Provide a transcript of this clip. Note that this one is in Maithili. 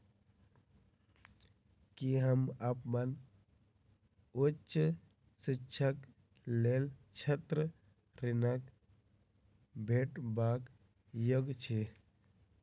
की हम अप्पन उच्च शिक्षाक लेल छात्र ऋणक भेटबाक योग्य छी?